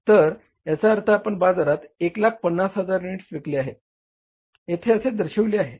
तर याचा अर्थ आपण बाजारात 150000 युनिट्स विकले आहे येथे असे दर्शविले आहे